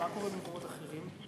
מה קורה במקומות אחרים?